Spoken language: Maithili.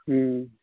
हुँ